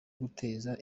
guteza